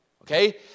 Okay